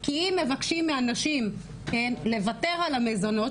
כי אם מבקשים מהנשים לוותר על המזונות,